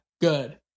good